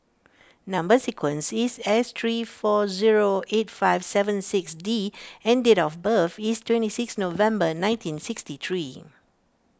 Number Sequence is S three four zero eight five seven six D and date of birth is twenty seven November nineteen sixty three